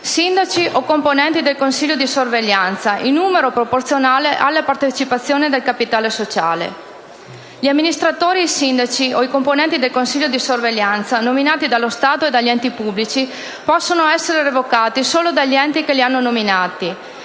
sindaci o componenti del consiglio di sorveglianza, in numero proporzionale alla partecipazione al capitale sociale. Essa prevede inoltre che gli amministratori, i sindaci, o i componenti del consiglio di sorveglianza nominati dallo Stato e dagli enti pubblici possono essere revocati solo dagli enti che li hanno nominati